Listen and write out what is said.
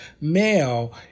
male